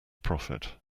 profit